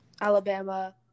Alabama